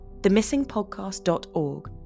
themissingpodcast.org